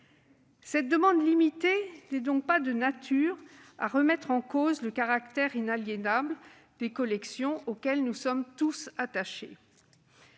Cette demande limitée n'est donc pas de nature à remettre en cause le caractère inaliénable des collections auquel nous sommes tous attachés.